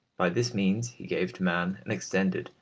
by this means he gave to man an extended,